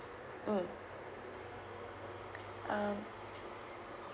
mm um